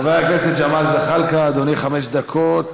חבר הכנסת ג'מאל זחאלקה, אדוני, חמש דקות.